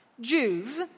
Jews